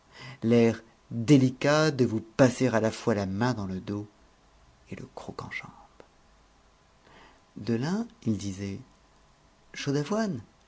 l'air délicat de vous passer à la fois la main dans le dos et le croc-en-jambe de l'un il disait